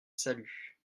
salue